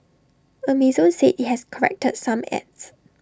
Amazon said IT has corrected some ads